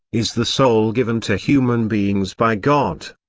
is the soul given to human beings by god.